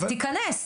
אז תיכנס.